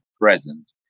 present